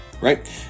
right